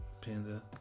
Panda